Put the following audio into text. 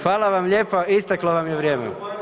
Hvala vam lijepo, isteklo vam je vrijeme.